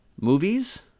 movies